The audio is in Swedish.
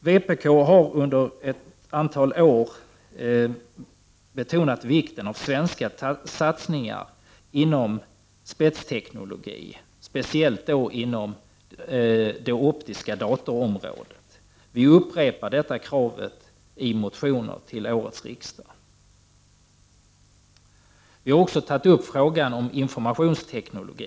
Vpk har under ett antal år betonat vikten av svenska satsningar inom spetsteknologi, speciellt då inom det optiska datorområdet. Vi upprepar detta krav i motioner till årets riksmöte. Vi har också tagit upp frågan om informationsteknologi.